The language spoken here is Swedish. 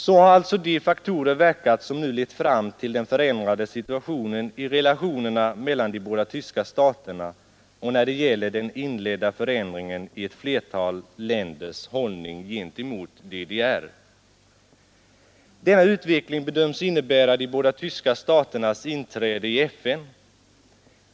Så har alltså de faktorer verkat som nu lett fram till den förändrade situationen i relationerna mellan de båda tyska staterna och den inledda förändringen i ett flertal länders hållning gentemot DDR. Denna utveckling bedöms innebära de båda tyska staternas inträde i FN.